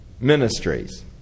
ministries